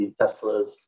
Teslas